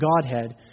Godhead